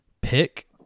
pick